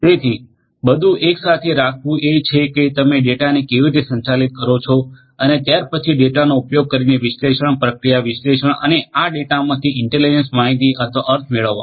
તેથી બધું એક સાથે રાખવું એ છે કે તમે ડેટાને કેવી રીતે સંચાલિત કરો છો અને ત્ત્યારપછી ડેટાનો ઉપયોગ કરીને વિશ્લેષણ પ્રક્રિયા વિશ્લેષણ અને આ ડેટામાંથી ઇન્ટેલિજન્સ માહિતી અથવા અર્થ મેળવવા